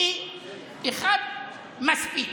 כי אחד מספיק.